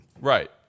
Right